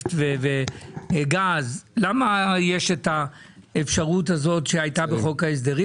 נפט וגז יש למה יש אפשרות שהייתה בחוק ההסדרים,